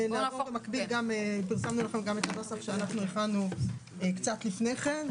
במקביל פרסמנו לכם את הנוסח שאנחנו הכנו קצת לפני כן,